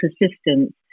persistence